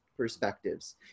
Perspectives